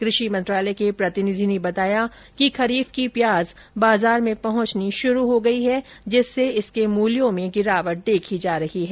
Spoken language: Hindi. कृषि मंत्रालय के प्रतिनिधि ने बताया कि खरीफ की प्याज बाजार में पहुंचनी शुरू हो गई है जिससे इसके मूल्यों में गिरावट देखी जा रही है